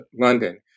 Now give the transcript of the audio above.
London